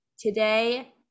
Today